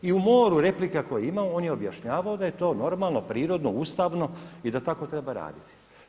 I u moru replika koje imamo on je objašnjavao da je to normalno, prirodno, ustavno i da tako treba raditi.